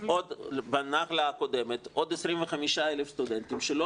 בנגלה הקודמת עוד 25,000 סטודנטים שלא